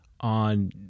on